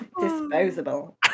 Disposable